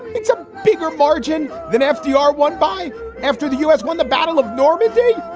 it's a bigger margin than ah fdr won by after the u s. won the battle of normandy.